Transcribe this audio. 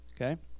Okay